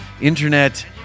internet